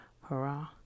hurrah